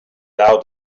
out